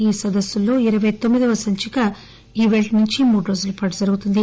ఈ సదస్పులో ఇరవై తొమ్మిది వ సంచిక ఈవేల్టినుంచీ మూడురోజులపాటు జరుగుతుంది